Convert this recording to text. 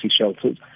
shelters